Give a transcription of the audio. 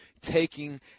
taking